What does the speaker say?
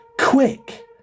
quick